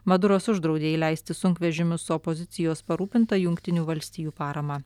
maduras uždraudė įleisti sunkvežimius su opozicijos parūpinta jungtinių valstijų parama